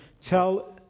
Tell